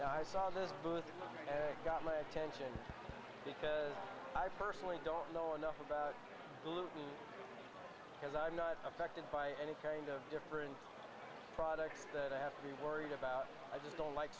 ok got my attention because i personally don't know enough about pollutant because i'm not affected by any kind of different products that i have to be worried about i just don't like